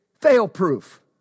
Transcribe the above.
fail-proof